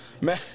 Man